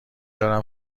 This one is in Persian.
دارم